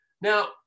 Now